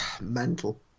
Mental